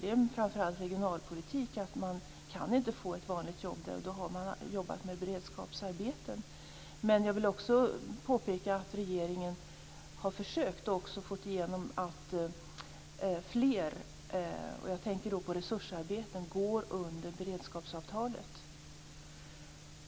Det handlar framför allt om regionalpolitik. Man kan inte få ett vanligt jobb där, och då har man jobbat med beredskapsarbeten. Jag vill också påpeka att regeringen har försökt få, och också fått, igenom att fler - och jag tänker då på resursarbeten - går under beredskapsavtalet.